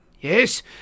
Yes